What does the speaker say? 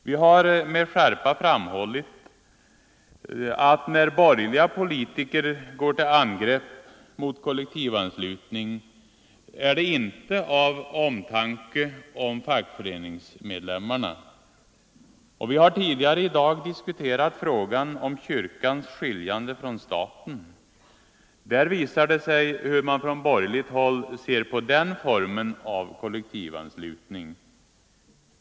Vi har även med skärpa framhållit att när borgerliga politiker går till angrepp mot kollektivanslutningen är det inte av omtanke om fackföreningsmedlemmarna. Vi har tidigare i dag diskuterat frågan om kyrkans skiljande från staten. Där visar det sig hur man från borgerligt håll ser på den formen av kollektivanslutning.